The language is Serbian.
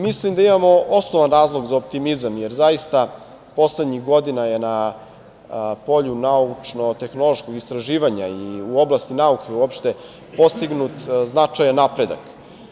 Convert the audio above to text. Mislim da imamo osnovan razlog za optimizam, jer zaista poslednjih godina je na polju naučno-tehnološkog istraživanja i u oblasti nauke uopšte postignut značajan napredak.